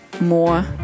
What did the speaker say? more